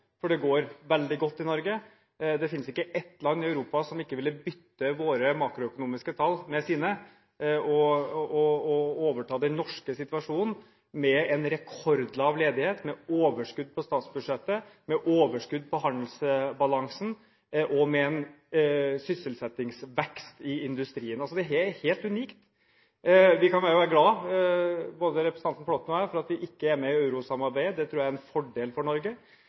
at det går godt, for det går veldig godt i Norge. Det finnes ikke ett land i Europa som ikke ville bytte våre makroøkonomiske tall med sine og overta den norske situasjonen, med rekordlav ledighet, med overskudd på statsbudsjettet, med overskudd på handelsbalansen og med sysselsettingsvekst i industrien. Dette er helt unikt. Vi kan være glad, både representanten Flåtten og jeg, for at vi ikke er med i eurosamarbeidet. Det tror jeg er en fordel for Norge,